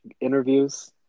interviews